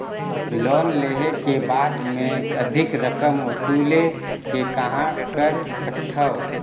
Loan लेहे के बाद मे अधिक रकम वसूले के कहां कर सकथव?